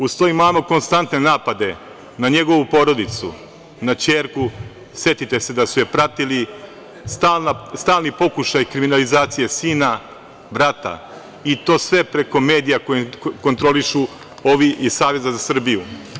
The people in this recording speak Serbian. Uz to imamo konstantne napade na njegovu porodicu, na ćerku, setite se da su je pratili stalni pokušaj kriminalizacije sina, brata i to sve preko medija koje kontrolišu ovi iz Saveza za Srbiju.